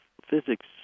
physics